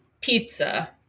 pizza